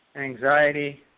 anxiety